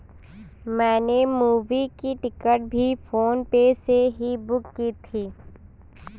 मैंने मूवी की टिकट भी फोन पे से ही बुक की थी